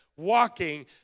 walking